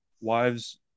wives